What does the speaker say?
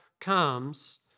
comes